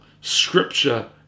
Scripture